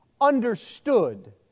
understood